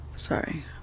Sorry